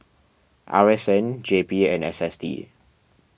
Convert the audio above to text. R S N J P and S S T